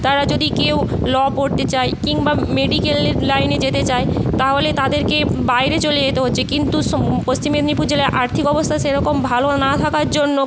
তারা যদি কেউ ল পড়তে চায় কিংবা মেডিক্যালের লাইনে যেতে চায় তাহলে তাদেরকে বাইরে চলে যেতে হচ্ছে কিন্তু স পশ্চিম মেদিনীপুর জেলায় আর্থিক অবস্থা সেরকম ভালো না থাকার জন্য